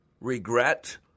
Regret